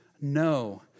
No